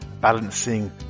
balancing